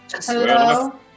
Hello